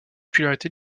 popularité